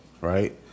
right